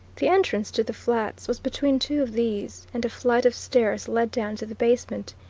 the entrance to the flats was between two of these, and a flight of stairs led down to the basement.